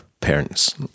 parents